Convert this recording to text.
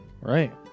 Right